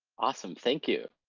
awesome, thank you.